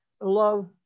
love